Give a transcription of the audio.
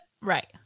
Right